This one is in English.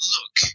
Look